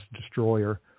destroyer